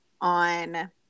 on